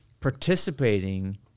participating